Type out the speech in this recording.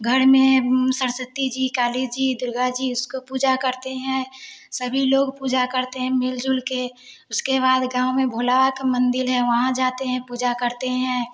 घर में सरस्वती जी काली जी दुर्गा जी उसको पूजा करते हैं सभी लोग पूजा करते हैं मिल जुल कर उसके बाद गाँव में भोले बाबा का मंदिर है वहाँ जाते है पूजा करते हैं